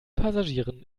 passagieren